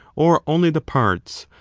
or only the parts,